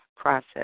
process